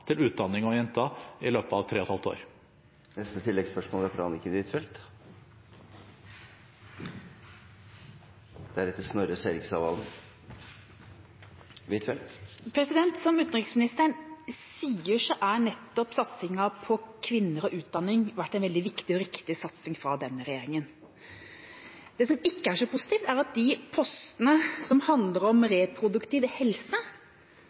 til utdanning av jenter i løpet av tre og et halvt år. Anniken Huitfeldt – til oppfølgingsspørsmål. Som utenriksministeren sier, har nettopp satsingen på kvinner og utdanning vært en veldig viktig og riktig satsing fra denne regjeringa. Det som ikke er så positivt, er at de postene som handler om reproduktiv helse,